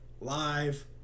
live